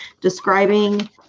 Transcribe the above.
describing